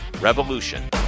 revolution